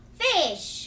fish